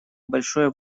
большое